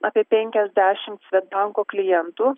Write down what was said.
apie penkiasdešimt svedbanko klientų